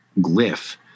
glyph